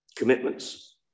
commitments